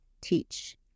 teach